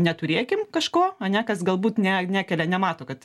neturėkim kažko ane kas galbūt ne nekelia nemato kad